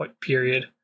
period